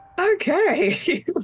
okay